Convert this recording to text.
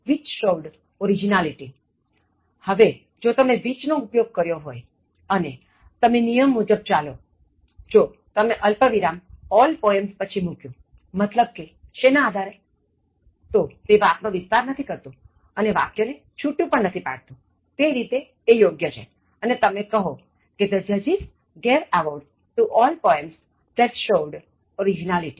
હવે જો તમે which નો ઉપયોગ કર્યો હોય અને તમે નિયમ મુજબ ચાલોજો તમે અલ્પવિરામ all poems પછી મૂકયું મતલબ કે શેના આધારે તો તે વાત નો વિસ્તાર નથી કરતું અને વાક્ય ને છૂટ્ટું પણ નથી પાડ્તું તે રીતે એ યોગ્ય છે અને તમે કહો કે The judges gave awards to all poems that showed originality